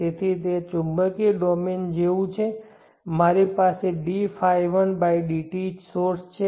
તેથી તે ચુંબકીય ડોમેન જેવું છે મારી પાસે dϕ1 dt સોર્સ છે